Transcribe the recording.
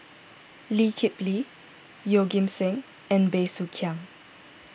Lee Kip Lee Yeoh Ghim Seng and Bey Soo Khiang